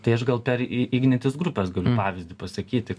tai aš gal per ignitis grupės galiu pavyzdį pasakyti